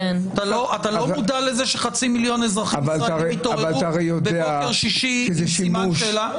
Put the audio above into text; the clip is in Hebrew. אתה לא מודע לזה שחצי מיליון אזרחים יתעוררו בבוקר שישי עם סימן שאלה?